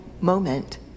moment